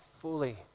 fully